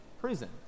prison